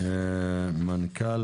מנכ"ל